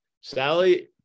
Sally